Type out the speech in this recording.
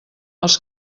els